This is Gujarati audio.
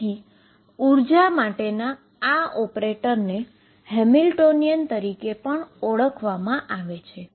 તેથી એનર્જી માટેના આ ઓપરેટરને હેમિલ્ટોનિયન તરીકે ઓળખવામાં આવે છે